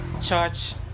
church